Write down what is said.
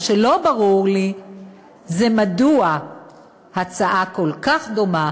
מה שלא ברור לי זה מדוע הצעה כל כך דומה